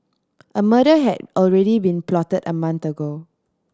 a murder had already been plotted a month ago